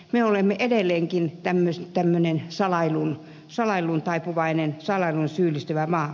me olemme edelleenkin tämmöinen salailuun taipuvainen salailuun syyllistyvä maa